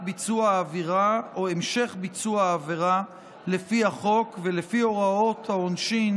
ביצוע עבירה או המשך ביצוע עבירה לפי החוק ולפי הוראות העונשין